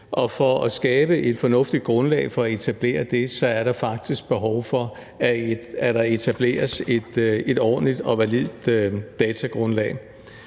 for at skabe et fornuftigt grundlag for at etablere det er der faktisk behov for, at der etableres et ordentligt og validt datagrundlag.